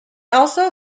also